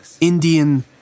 Indian